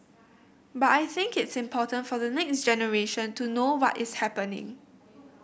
but I think it's important for the next generation to know what is happening